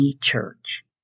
Church